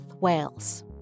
Wales